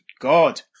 God